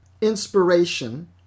inspiration